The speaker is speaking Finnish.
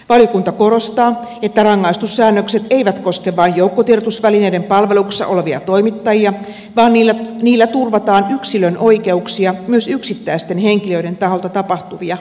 valiokunta korostaa että rangaistussäännökset eivät koske vain joukkotiedotusvälineiden palveluksessa olevia toimittajia vaan niillä turvataan yksilön oikeuksia myös yksittäisten henkilöiden taholta tapahtuvia loukkauksia vastaan